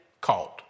called